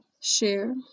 share